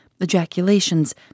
Ejaculations